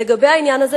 לגבי העניין הזה,